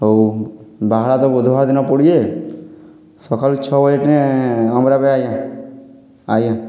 ହଉ ବାହାଡ଼ା ତ ବୁଧୁବାର୍ ଦିନ ପଡ଼ୁଛେ ସକାଲୁ ଛଅ ବଜେନେ ଅମ୍ରାବେ ଆଜ୍ଞା ଆଜ୍ଞା